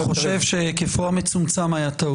אני חושב שהיקפו המצומצם היה טעות.